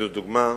לדוגמה,